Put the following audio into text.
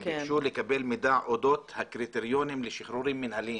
והם ביקשו לקבל מידע אודות הקריטריונים לשחרורים מנהליים,